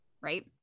right